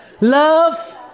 Love